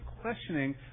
questioning